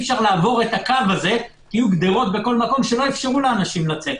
גדרות בכל מקום שלא אפשרו לאנשים לצאת.